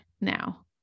now